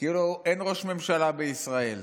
כאילו אין ראש ממשלה בישראל,